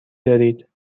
دارید